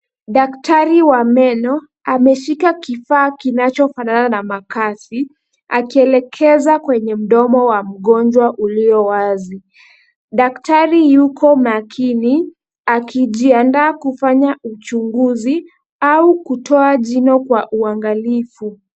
Daktari wa meno ameshika kifaa kinachofanana na makasi, akielekeza kwenye mdomo wa mgonjwa uliowazi. Daktari yuko makini, akijiandaa kufanya uchunguzi au kutoa jino kwa uangalifu.